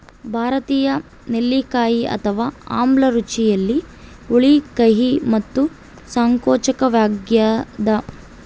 ಭಾರತೀಯ ನೆಲ್ಲಿಕಾಯಿ ಅಥವಾ ಆಮ್ಲ ರುಚಿಯಲ್ಲಿ ಹುಳಿ ಕಹಿ ಮತ್ತು ಸಂಕೋಚವಾಗ್ಯದ